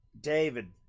David